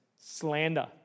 slander